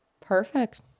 Perfect